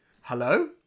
Hello